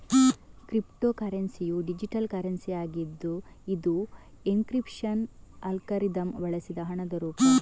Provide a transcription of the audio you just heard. crypto ಕರೆನ್ಸಿಯು digital currency ಆಗಿದ್ದು ಇದು ಎನ್ಕ್ರಿಪ್ಶನ್ ಅಲ್ಗಾರಿದಮ್ ಬಳಸಿದ ಹಣದ ರೂಪ